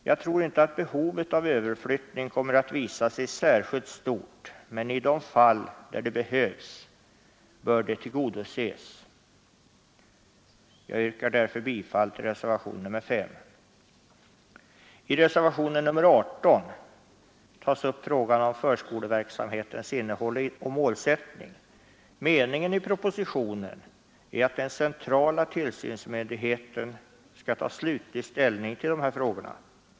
Jag tror inte att behovet av överflyttning kommer att visa sig särskilt stort, men i de fall där det behövs bör det tillgodoses. Jag yrkar därför bifall till reservationen 5. I reservationen 18 tas upp frågan om förskoleverksamhetens innehåll och målsättning. Meningen i propositionen är att den centrala tillsynsmyndigheten skall ta slutlig ställning till dessa frågor.